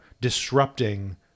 disrupting